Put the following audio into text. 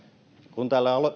kun täällä